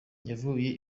yavuye